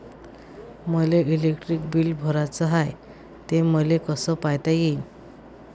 मले electric bill भराचं हाय, ते मले कस पायता येईन?